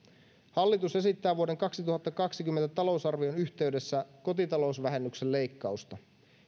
hallitus esittää vuoden kaksituhattakaksikymmentä talousarvion yhteydessä kotitalousvähennyksen leikkausta